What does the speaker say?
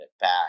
back